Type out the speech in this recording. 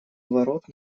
ворот